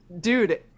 dude